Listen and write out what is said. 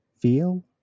Feel